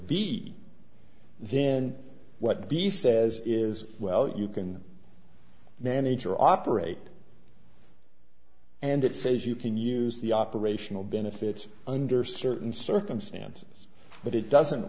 v then what the says is well you can manage your operate and it says you can use the operational benefits under certain circumstances but it doesn't